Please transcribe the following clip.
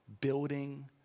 building